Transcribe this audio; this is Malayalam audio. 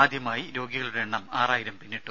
ആദ്യമായി രോഗികളുടെ എണ്ണം ആറായിരം പിന്നിട്ടു